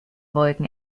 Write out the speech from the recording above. wolken